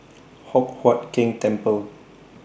Hock Huat Keng Temple